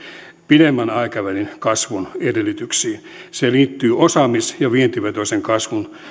pidemmän aikavälin kasvun edellytyksiin se liittyy osaamis ja vientivetoisen kasvun